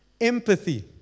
Empathy